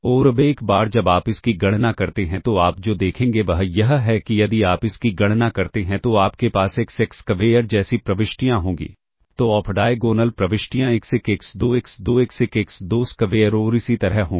और अब एक बार जब आप इसकी गणना करते हैं तो आप जो देखेंगे वह यह है कि यदि आप इसकी गणना करते हैं तो आपके पास एक्स 1 स्क्वेयर जैसी प्रविष्टियां होंगी तो ऑफ डायगोनल प्रविष्टियां x 1 x 2 x 2 x 1 x 2 square और इसी तरह होंगी